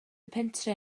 pentref